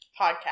podcast